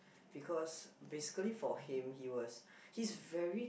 because basically for him he was he's very